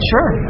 Sure